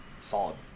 Solid